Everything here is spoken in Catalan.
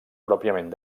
pròpiament